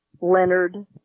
Leonard